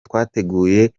twateguye